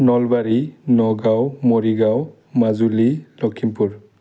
Nalbari Nagaon Morigaon Majuli Lakhimpur